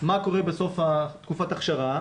מה קורה בסוף תקופת ההכשרה,